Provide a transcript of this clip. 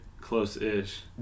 close-ish